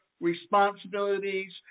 responsibilities